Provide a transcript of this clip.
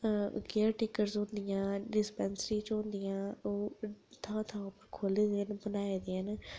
care taker होंदिया dispensary च होंदियां ओह् थां थां उप्पर ओह् खोह्ल्ली दियां न बनाई दियां न